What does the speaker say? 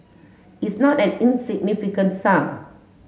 it's not an insignificant sum